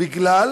בגלל